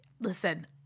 Listen